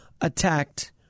attacked